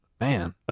Man